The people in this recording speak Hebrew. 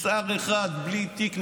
שר אחד בלי תיק,